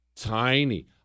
Tiny